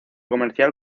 comercial